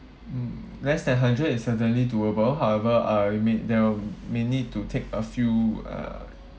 mm less than hundred is certainly doable however I'll mak~ there may need to take a few uh